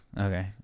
okay